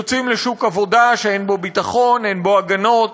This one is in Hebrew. יוצאים לשוק עבודה שאין בו ביטחון, אין בו הגנות,